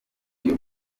iyo